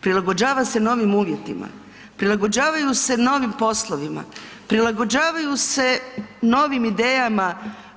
Prilagođava se novim uvjetima, prilagođavaju se novim poslovima, prilagođavaju se novim idejama